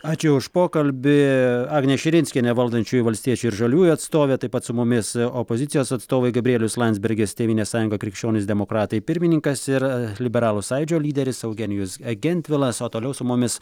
ačiū už pokalbį agnė širinskienė valdančiųjų valstiečių ir žaliųjų atstovė taip pat su mumis opozicijos atstovai gabrielius landsbergis tėvynės sąjunga krikščionys demokratai pirmininkas ir liberalų sąjūdžio lyderis eugenijus gentvilas o toliau su mumis